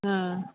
हा